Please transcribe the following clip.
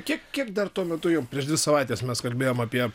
kiek kiek dar tuo metu jau prieš dvi savaites mes kalbėjom apie